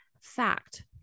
fact